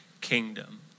kingdom